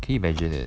can you imagine it